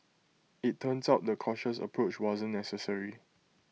IT turns out the cautious approach wasn't necessary